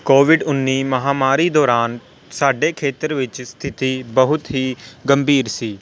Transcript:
Covid ਉੱਨੀ ਮਹਾਂਮਾਰੀ ਦੌਰਾਨ ਸਾਡੇ ਖੇਤਰ ਵਿੱਚ ਸਥਿਤੀ ਬਹੁਤ ਹੀ ਗੰਭੀਰ ਸੀ